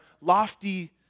lofty